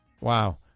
Wow